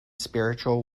spiritual